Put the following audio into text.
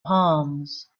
palms